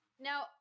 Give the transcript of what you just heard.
Now